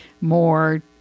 more